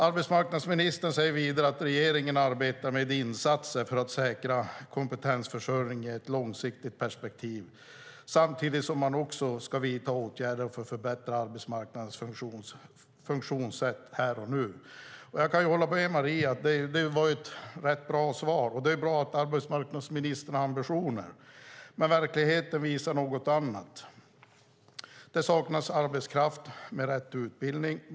Arbetsmarknadsministern säger vidare att regeringen arbetar med insatser för att säkra kompetensförsörjningen i ett långsiktigt perspektiv, samtidigt som man också vidtar åtgärder för att förbättra arbetsmarknadens funktionssätt här och nu. Jag kan hålla med Maria om att det var ett rätt bra svar. Det är bra att arbetsmarknadsministern har ambitioner. Men verkligheten visar något annat. Det saknas arbetskraft med rätt utbildning.